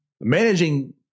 managing